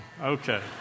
Okay